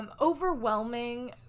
Overwhelming